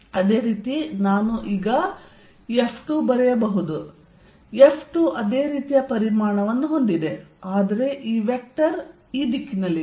ಅದೇ ರೀತಿ ನಾನು ಈಗ F2 ಬರೆಯಬಹುದು F2 ಅದೇ ರೀತಿಯ ಪರಿಮಾಣವನ್ನು ಹೊಂದಿದೆ ಆದರೆ ಈ ವೆಕ್ಟರ್ ದಿಕ್ಕಿನಲ್ಲಿದೆ